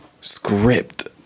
Script